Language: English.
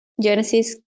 Genesis